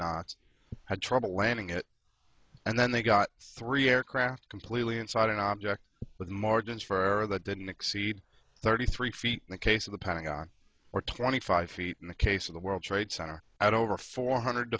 knots had trouble landing it and then they got three aircraft completely inside an object that margins for that didn't exceed thirty three feet in the case of the planning on or twenty five feet in the case of the world trade center and over four hundred